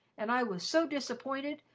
and i was so disappointed,